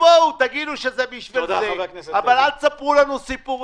תגידו שזה בשביל זה, אבל אל תספרו לנו סיפורים.